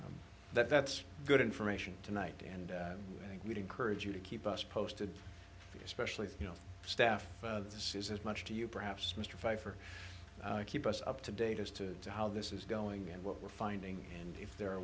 five that's good information tonight and i would encourage you to keep us posted especially you know staff this is as much to you perhaps mr pfeifer keep us up to date as to how this is going and what we're finding and if there are